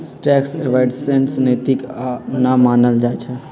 tax avoidance नैतिक न मानल जाइ छइ